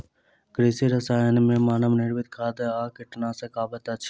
कृषि रसायन मे मानव निर्मित खाद आ कीटनाशक अबैत अछि